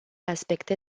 aspecte